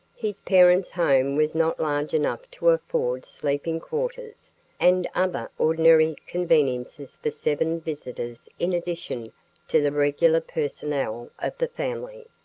his parents' home was not large enough to afford sleeping quarters and other ordinary conveniences for seven visitors in addition to the regular personnel of the family,